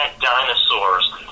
dinosaurs